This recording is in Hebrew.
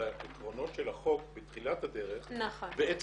אבל אני חושבת שיש בעיה רצינית בהתייחסות לעבירות